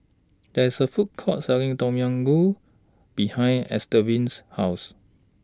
There IS A Food Court Selling Tom Yam Goong behind Estevan's House